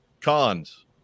cons